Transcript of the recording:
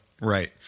right